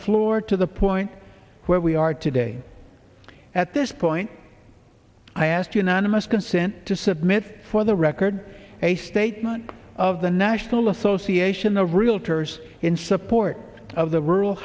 floor to the point where we are today at this point i ask unanimous consent to submit for the record a statement of the national association of realtors in support of the rural